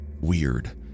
weird